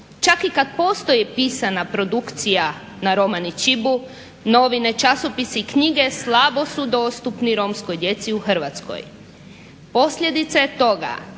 čak i kada postoji pisana produkcija na romani chip novine, časopisi i knjige slabo su dostupni romskoj djeci u Hrvatskoj. Posljedica je toga